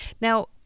now